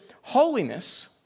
holiness